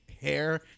hair